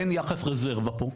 אין יחס רזרבה פה,